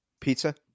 Pizza